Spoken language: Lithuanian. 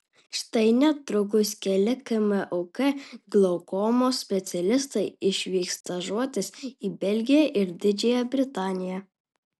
štai netrukus keli kmuk glaukomos specialistai išvyks stažuotis į belgiją ir didžiąją britaniją